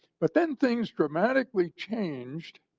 but then things dramatically changed